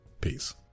Peace